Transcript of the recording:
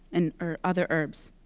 and or other herbs.